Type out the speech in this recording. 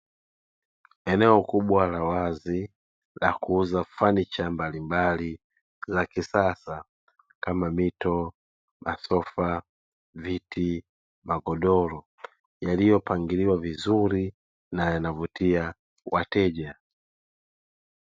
Eneo kubwa la wazi la kuuza fanicha mbalimbali za kisasa kama mito, masofa, viti, magodoro yaliyopangiliwa vizuri na yanavutia wateja.